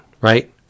right